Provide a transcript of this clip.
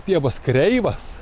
stiebas kreivas